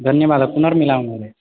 धन्यवादः पुनर्मिलामः महोदय